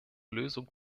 lösung